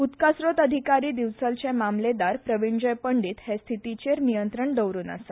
उदका स्त्रोत अदिकारी दिवचलचे मामलेदार प्रविणजय पंडीत हे स्थितीचेर नियंत्रण दवरून आसा